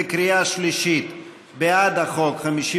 בקריאה שלישית בעד החוק,